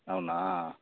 అవునా